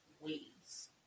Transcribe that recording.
ways